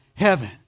heaven